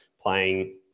playing